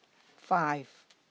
five